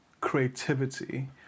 creativity